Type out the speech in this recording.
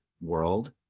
world